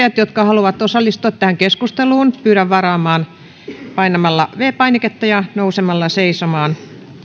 niitä edustajia jotka haluavat osallistua tähän keskusteluun pyydän varaamaan puheenvuoron painamalla viides painiketta ja nousemalla seisomaan